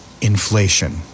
inflation